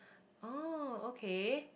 oh okay